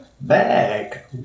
back